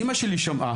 אימא שלי שמעה,